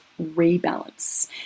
rebalance